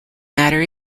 matter